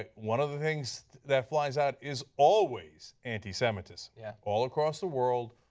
ah one of the things that flies out is always anti-semitism. yeah all across the world,